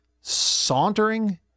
sauntering